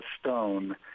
stone